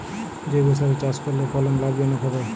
জৈবসারে চাষ করলে ফলন লাভজনক হবে?